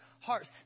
hearts